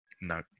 no